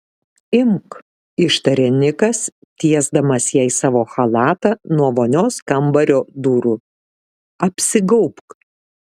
imk ištarė nikas tiesdamas jai savo chalatą nuo vonios kambario durų apsigaubk